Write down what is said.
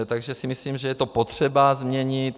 Takže si myslím, že je to potřeba změnit.